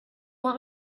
want